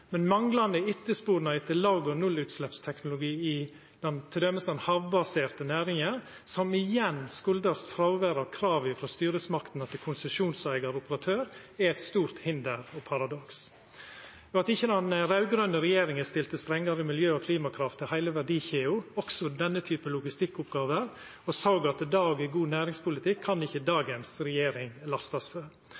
Men manglande etterspurnad etter låg- og nullutsleppsteknologi i t.d. den havbaserte næringa, som igjen kjem av fråvær av krav frå styresmaktene til konsesjonseigar og operatør, er eit stort hinder og paradoks. At den raud-grøne regjeringa ikkje stilte strengare miljø- og klimakrav til heile verdikjeda, også denne typen logistikkoppgåver, og såg at det er god næringspolitikk, kan ikkje